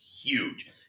huge